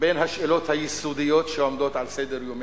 בין השאלות היסודיות שעומדות על סדר-יומנו.